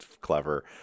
clever